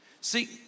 See